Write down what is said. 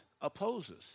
opposes